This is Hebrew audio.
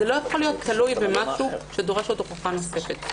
זה לא יכול להיות תלוי במשהו שדורש עוד הוכחה נוספת.